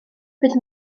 bydd